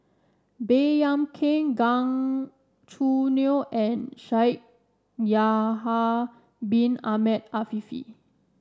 Baey Yam Keng Gan Choo Neo and Shaikh Yahya Bin Ahmed Afifi